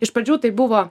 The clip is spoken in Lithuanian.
iš pradžių tai buvo